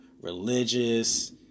religious